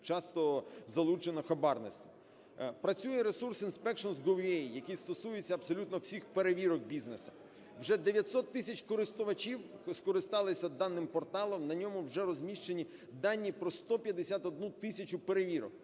часто залучено хабарництво. Працює ресурс inspections.gov.ua, який стосується абсолютно всіх перевірок бізнесу. Вже 900 тисяч користувачів скористалися даним порталом, на ньому вже розміщені дані про 151 тисячу перевірок.